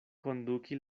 konduki